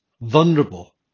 vulnerable